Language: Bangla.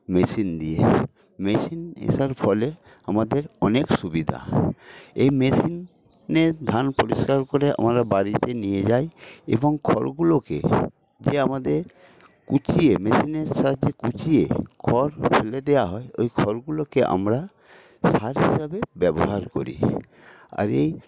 মেশিন দিয়ে মেশিন আসার ফলে আমাদের অনেক সুবিধা এই মেশিনে ধান পরিষ্কার করে আমরা বাড়িতে নিয়ে যাই এবং খড়গুলোকে যে আমাদের কুচিয়ে মেশিনের সাহায্য়ে কুচিয়ে খড় ফেলে দেওয়া হয় ওই খড়গুলোকে আমরা সার হিসেবে ব্যবহার করি আর এই